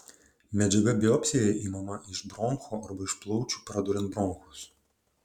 medžiaga biopsijai imama iš bronchų arba iš plaučių praduriant bronchus